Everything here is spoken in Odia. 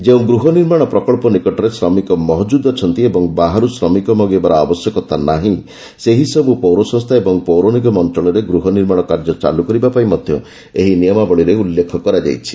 ଯେଉଁ ଗୃହ ନିର୍ମାଣ ପ୍ରକଳ୍ପ ନିକଟରେ ଶ୍ରମିକ ମହକୁଦ୍ ଅଛନ୍ତି ଏବଂ ବାହାରୁ ଶ୍ରମିକ ମଗେଇବାର ଆବଶ୍ୟକତା ନାହିଁ ସେହିସବୁ ପୌରସଂସ୍ଥା ଓ ପୌରନିଗମ ଅଞ୍ଚଳରେ ଗୃହ ନିର୍ମାଣ କାର୍ଯ୍ୟ ଚାଲୁ କରିବାପାଇଁ ମଧ୍ୟ ଏହି ନିୟମାବଳୀରେ ଉଲ୍ଲେଖ କରାଯାଇଛି